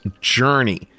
Journey